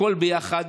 הכול ביחד,